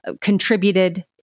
contributed